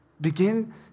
Begin